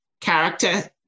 character